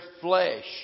flesh